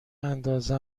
اندازه